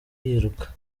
yiruka